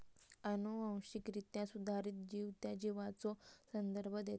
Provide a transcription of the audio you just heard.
अनुवांशिकरित्या सुधारित जीव त्या जीवाचो संदर्भ देता